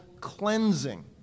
cleansing